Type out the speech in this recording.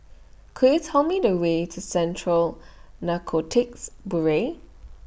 Could YOU Tell Me The Way to Central Narcotics Bureau